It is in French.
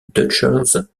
deutscher